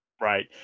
right